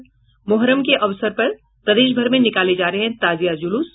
और मुहर्रम के अवसर पर प्रदेशभर में निकाले जा रहे हैं ताजिया जुलूस